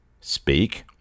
Speak